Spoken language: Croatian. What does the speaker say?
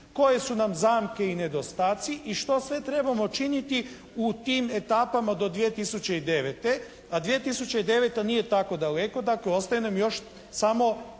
koje su nam zamke i nedostaci i što sve trebamo činiti u tim etapama do 2009. A 2009. nije tako daleko, dakle ostaje nam samo